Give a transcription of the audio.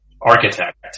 architect